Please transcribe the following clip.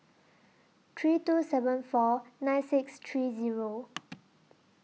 three two seven four nine six three Zero